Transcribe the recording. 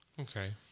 Okay